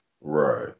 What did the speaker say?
right